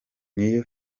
niyo